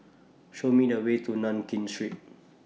Show Me The Way to Nankin Street